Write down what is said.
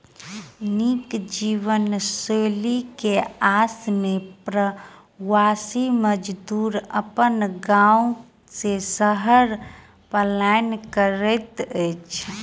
नीक जीवनशैली के आस में प्रवासी मजदूर अपन गाम से शहर पलायन करैत अछि